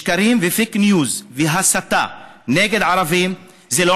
שקרים ופייק ניוז והסתה נגד ערבים זה לא